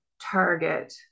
target